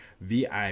VIP